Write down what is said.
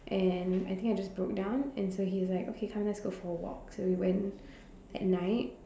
and I think I just broke down and so he is like okay come let's go for a walk so we went at night